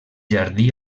jardí